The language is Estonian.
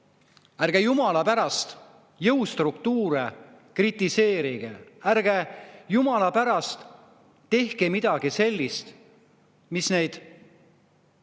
ärge jumala pärast jõustruktuure kritiseerige. Ärge jumala pärast tehke midagi sellist, mis neid